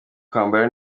kwambara